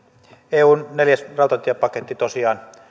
eun neljäs rautatiepaketti tosiaan